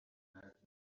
دارد